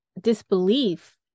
disbelief